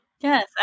yes